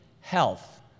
health